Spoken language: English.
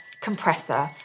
compressor